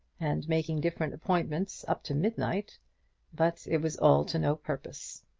and making different appointments up to midnight but it was all to no purpose,